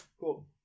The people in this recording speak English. cool